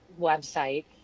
website